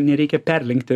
nereikia perlenkti